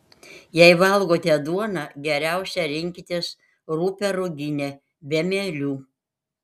jei valgote duoną geriausia rinkitės rupią ruginę be mielių